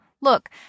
look